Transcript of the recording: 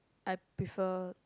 I prefer